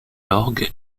l’orgue